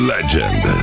Legend